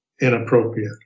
inappropriate